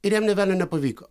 ir jam nė velnio nepavyko